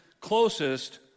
closest